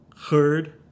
heard